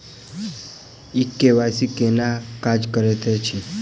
ई KYC केना काज करैत अछि?